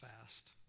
fast